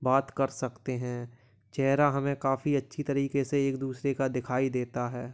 बात कर सकते हैं चेहरा हमें काफ़ी अच्छी तरीके से एक दूसरे का दिखाई देता है